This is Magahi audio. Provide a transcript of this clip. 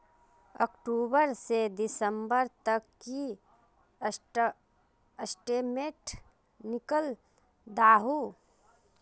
अक्टूबर से दिसंबर तक की स्टेटमेंट निकल दाहू?